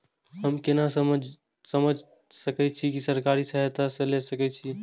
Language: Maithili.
हमू केना समझ सके छी की सरकारी सहायता ले सके छी?